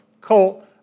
colt